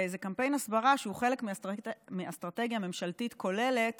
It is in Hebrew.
וזה קמפיין הסברה שהוא חלק מאסטרטגיה ממשלתית כוללת